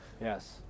Yes